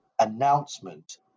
announcement